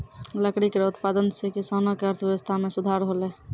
लकड़ी केरो उत्पादन सें किसानो क अर्थव्यवस्था में सुधार हौलय